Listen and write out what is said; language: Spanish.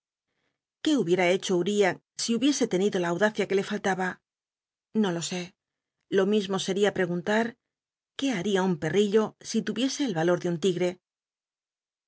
qu hubiera hecho uriah si hubiese tenido la nndaeia que le faltaba no lo sé lo mismo scrin preguntar qué baria un pcrl'illo si tul'ioso el ralor de un ligre